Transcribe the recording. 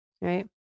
right